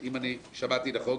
אם שמעתי נכון,